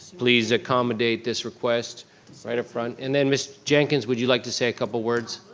please accommodate this request. right up front. and then miss jenkins, would you like to say a couple words?